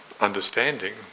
understanding